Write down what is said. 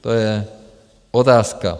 To je otázka.